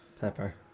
pepper